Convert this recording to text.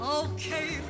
okay